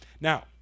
Now